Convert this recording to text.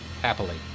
happily